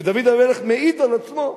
ודוד המלך מעיד על עצמו,